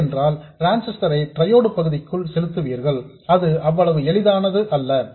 இல்லையென்றால் டிரான்சிஸ்டர் ஐ ட்ரையோடு பகுதிக்குள் செலுத்துவீர்கள் அது அவ்வளவு எளிதானது அல்ல